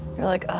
you're like, oh,